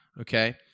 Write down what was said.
okay